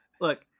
Look